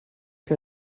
que